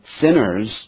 Sinners